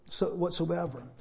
whatsoever